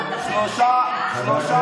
אין משטרה.